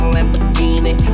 Lamborghini